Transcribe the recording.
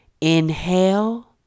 inhale